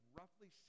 roughly